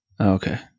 Okay